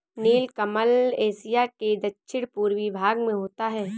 नीलकमल Asia के दक्षिण पूर्वी भाग में होता है